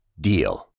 DEAL